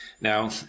Now